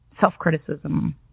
self-criticism